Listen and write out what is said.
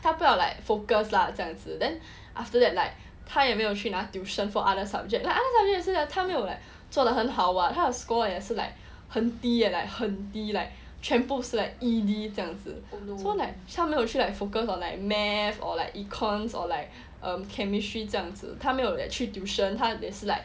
他不要 like focus lah 这样子 then after that like 他也没有去拿 tuition for other subject lah like other subjects 他没有 like 做得很好 [what] 他的 score 也是 like 很低 like 很低 like 全部是 like E D 这样子 so like 没有 like focus on like math or like econs or like um chemistry 这样子他没有 like 去 tuition 他也是 like